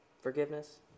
forgiveness